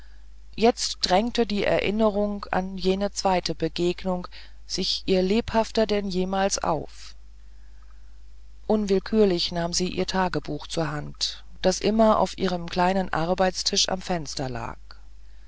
jetzt drängte die erinnerung an jene zweite begegnung sich ihr lebhafter denn jemals auf unwillkürlich nahm sie ihr tagebuch zur hand das immer auf ihrem kleinen arbeitstische am fenster lag